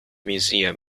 museum